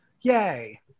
Yay